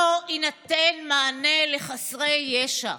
לא יינתן מענה לחסרי ישע,